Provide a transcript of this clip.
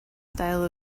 style